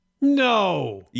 No